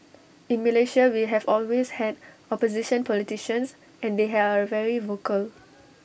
in Malaysia we have always had opposition politicians and they are very vocal